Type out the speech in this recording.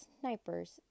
snipers